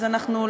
אנחנו,